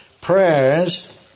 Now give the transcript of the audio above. prayers